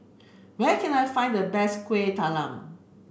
where can I find the best Kueh Talam